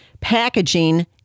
packaging